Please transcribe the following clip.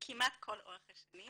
כמעט לכל אורך השנים,